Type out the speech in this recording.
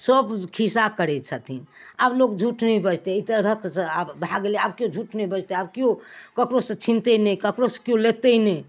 सभ खीसा करै छथिन आब लोग झूठ नहि बजतै ई तरहक सँ आब भए गेलै आब केओ झूठ नहि बजतै आब केओ ककरो सँ केओ छिनतै नहि ककरो सँ केओ लेतै नहि